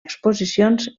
exposicions